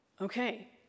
Okay